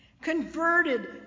converted